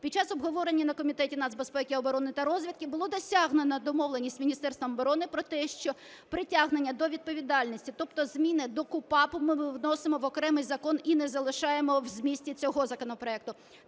під час обговорення на Комітеті нацбезпеки, оборони та розвідки було досягнена домовленість з Міністерством оборони про те, що притягнення до відповідальності, тобто зміни до КУпАП ми вносимо в окремий закон і не залишаємо у змісті цього законопроекту.